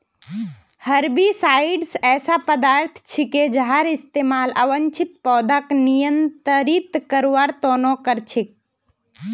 herbicides ऐसा पदार्थ छिके जहार इस्तमाल अवांछित पौधाक नियंत्रित करवार त न कर छेक